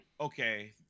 okay